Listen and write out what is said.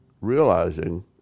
realizing